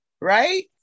right